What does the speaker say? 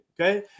okay